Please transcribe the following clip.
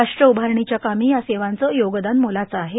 राष्ट्र उभारणीच्या कामी या सेवांचं योगदान मोलाचं आहे